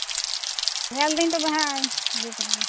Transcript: ᱧᱮᱞ ᱫᱟᱹᱧ ᱛᱚᱵᱮ ᱦᱟᱸᱜ ᱤᱭᱟᱹᱭ ᱛᱟᱹᱢᱟᱹᱧ